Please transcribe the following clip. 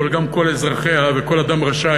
אבל גם, כל אזרחיה, וכל אדם רשאי,